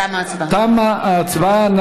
תמה ההצבעה.